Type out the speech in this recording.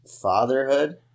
fatherhood